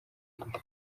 ifite